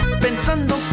pensando